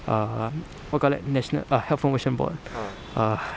err what you call that national err health promotion board ah